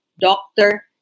doctor